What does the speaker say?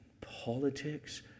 politics